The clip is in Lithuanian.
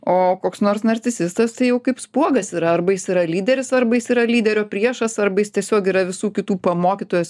o koks nors narcisistas tai jau kaip spuogas yra arba jis yra lyderis arba jis yra lyderio priešas arba jis tiesiog yra visų kitų pamokytojas